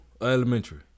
elementary